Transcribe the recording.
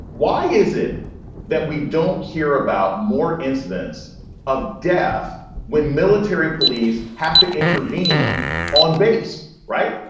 why is it that we don't hear about more incidents of deaths when military police have to intervene on base? right.